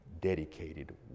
dedicated